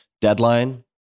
Deadline